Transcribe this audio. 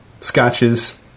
scotches